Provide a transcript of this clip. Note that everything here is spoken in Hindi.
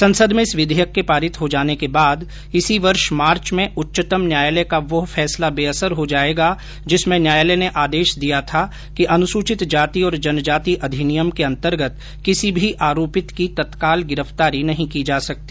संसद में इस विघेयक के पारित हो जाने के बाद इसी वर्ष मार्च में उच्चतम न्यायालय का वह फैसला बेअसर हो जाएगा जिसमें न्यायालय ने आदेश दिया था कि अनुसूचित जाति और जनजाति अधिनियम के अन्तर्गत किसी भी आरोपित की तत्काल गिरफ्तारी नहीं की जा सकती